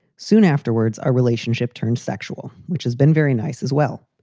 soon afterwards, our relationship turned sexual, which has been very nice as well.